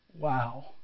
Wow